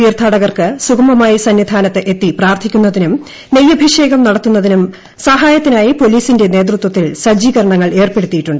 തീർത്ഥാട്ടകർക്ക് സുഗമമായി സന്നി ധാനത്ത് എത്തി പ്രാർത്ഥിക്കുന്നതീനും നെയ്യഭിഷേകം നടത്തുന്നതിനും സഹായത്തിനായി പോലീസിന്റെ നേതൃത്വത്തിൽ സജ്ജീകരണങ്ങൾ ഏർപ്പെടുത്തിയിട്ടുണ്ട്